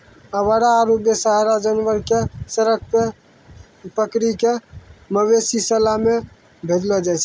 आवारा आरो बेसहारा जानवर कॅ सड़क सॅ पकड़ी कॅ मवेशी शाला मॅ भेजलो जाय छै